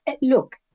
look